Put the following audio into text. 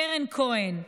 קרן כהן,